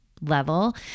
level